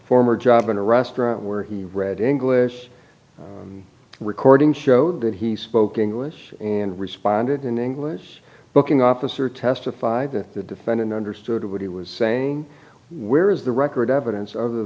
former job in a restaurant where he read english recording showed he spoke english and responded in english looking officer testified that the defendant understood what he was saying where is the record evidence other